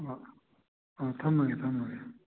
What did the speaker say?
ꯑꯥ ꯑꯥ ꯊꯝꯃꯒꯦ ꯊꯝꯃꯒꯦ